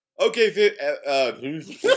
Okay